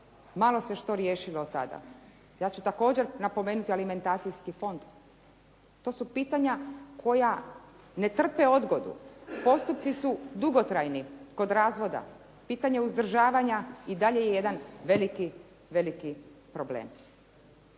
malo se što riješilo od tada. Ja ću također napomenuti alimentacijski fond. To su pitanja koja ne trpe odgodu, postupci su dugotrajni kod razvoda. Pitanje uzdržavanja i dalje je jedan veliki, veliki problem.